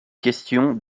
question